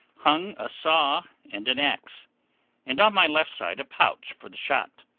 hung a saw and an axe and on my left side a pouch for the shot.